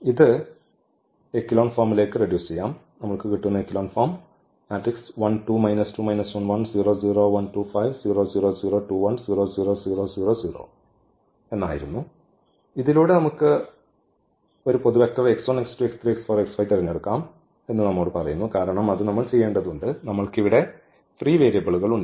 ഇത് ഈ എക്കെലോൺ ഫോമിലേക്ക് റെഡ്യൂസ് ചെയ്യാം ഇതിലൂടെനമുക്ക് ഈ തിരഞ്ഞെടുക്കാം എന്ന് നമ്മോട് പറയുന്നു കാരണം അത് നമ്മൾ ചെയ്യേണ്ടതുണ്ട് നമ്മൾക്ക് ഇവിടെ ഫ്രീ വേരിയബിളുകൾ ഉണ്ട്